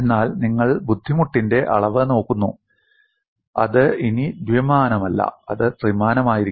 എന്നാൽ നിങ്ങൾ ബുദ്ധിമുട്ടിന്റെ അളവ് നോക്കുന്നു അത് ഇനി ദ്വിമാനമല്ല അത് ത്രിമാനമായിരിക്കും